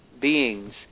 beings